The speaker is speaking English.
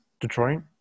Detroit